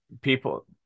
people